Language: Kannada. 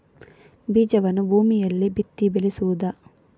ಬೀಜವನ್ನು ಭೂಮಿಯಲ್ಲಿ ಬಿತ್ತಿ ಬೆಳೆಸುವುದಾ?